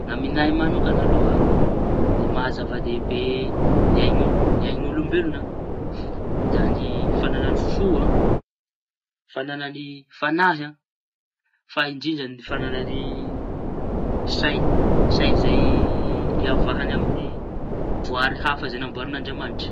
Amiña mañokana aloha ny maha zava dehibe ny ain'olombeloña da ny fañana fo, fañany fañahy, fa indrindra ny fañanany say. Say izay hiavahañy amiñy voahary hafa izay namboarin'Andriamañitra.